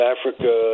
Africa